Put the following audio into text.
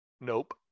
Nope